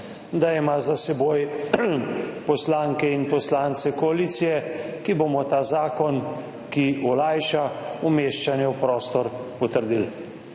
da ima za seboj poslanke in poslance koalicije, ki bomo ta zakon, ki olajša umeščanje v prostor, potrdili.